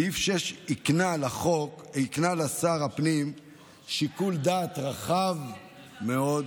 סעיף 6 הקנה לשר הפנים שיקול דעת רחב מאוד,